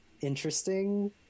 interesting